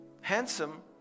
handsome